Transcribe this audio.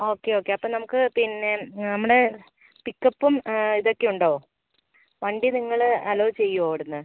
okay okay അപ്പം നമുക്ക് പിന്നെ നമ്മുടെ പിക്കപ്പും ഇതൊക്കെയുണ്ടോ വണ്ടി നിങ്ങൾ അലൗ ചെയ്യുമോ അവിടെ നിന്ന്